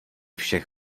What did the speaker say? všech